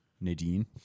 Nadine